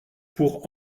pour